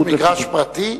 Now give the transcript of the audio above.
המגרש הוא מגרש פרטי?